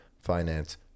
finance